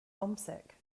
homesick